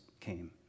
came